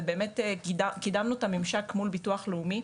זה שבאמת קידמנו את הממשק מול המוסד לביטוח לאומי.